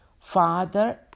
Father